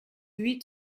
huit